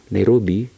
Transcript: Nairobi